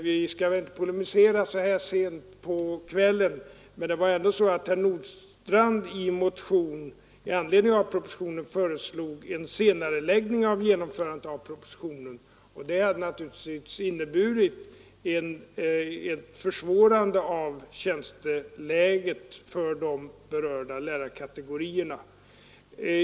Vi skall väl inte polemisera så här sent på kvällen, men det var ändå så att herr Nordstrandh i en motion i anledning av propositionen föreslog en laget, och det hade naturligtvis senareläggning av genomförandet av fö inneburit ett försvårande av tjänsteläget för de berörda lärarkategorierna.